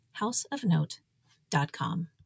houseofnote.com